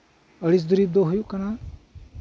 ᱟᱹᱲᱤᱥ ᱫᱩᱨᱤ ᱵ ᱫᱚ ᱦᱩᱭᱩᱜ ᱠᱟᱱᱟ